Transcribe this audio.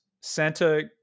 Santa